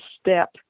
step